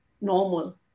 normal